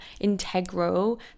integral